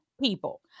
people